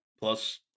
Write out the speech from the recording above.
plus